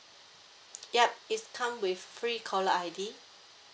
yup it come with free caller I_D